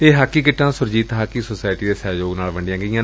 ਇਹ ਹਾਕੀ ਕਿੱਟਾਂ Surjit hockey society ਦੇ ਸਹਿਯੋਗ ਨਾਲ ਵੰਡੀਆਂ ਗਈਆਂ